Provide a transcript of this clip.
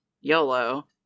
YOLO